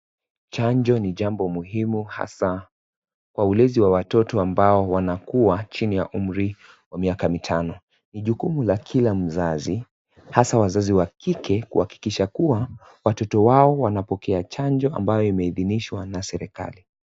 Chanjo ni jambo muhimu hasa kwa ulezi wa watoto ambao wanakuwa chini ya umri wa miaka mitano. Ni jukumu la kila mzazi hasa wazazi wa kike kuhakikisha kuwa watoto wao wanapokea chanjo ambayo imeidhinishwa na serikali.